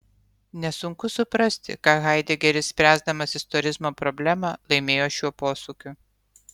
nesunku suprasti ką haidegeris spręsdamas istorizmo problemą laimėjo šiuo posūkiu